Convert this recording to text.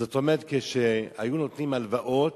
זאת אומרת, כשהיו נותנים הלוואות,